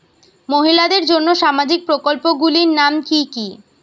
মহিলাদের জন্য সামাজিক প্রকল্প গুলির নাম কি কি?